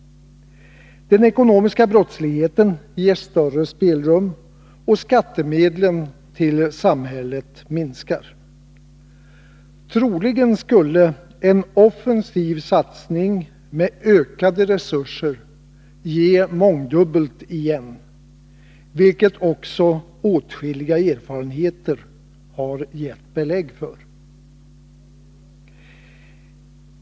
Den ekonomiska brottsligheten ges större spelrum, och skattemedlen till samhället minskar. Troligen skulle en offensiv satsning med ökade resurser ge mångdubbelt igen, vilket också åskilliga erfarenheter har gett belägg för.